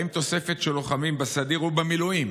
האם תוספת של לוחמים בסדיר ובמילואים